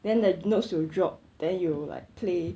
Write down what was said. then the notes will drop then you like play